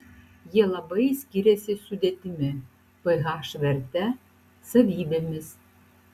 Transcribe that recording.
jie labai skiriasi sudėtimi ph verte savybėmis